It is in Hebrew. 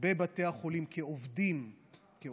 בבתי החולים, כעובדים.